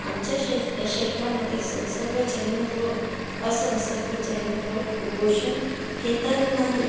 आमच्या शेस् क्षेत्रामध्ये संसर्गजन्य रोग असंसर्गजन्य रोग कुपोषण हे तर नाही